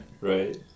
Right